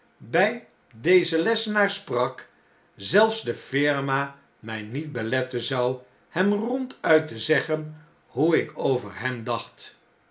bij dezen lessenaar sprak zelfs de firma mij niet beletten zou hem ronduit te zeggen hoe ik over hem dacht